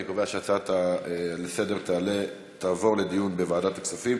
אני קובע שההצעה לסדר-היום תעבור לדיון בוועדת הכספים.